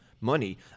money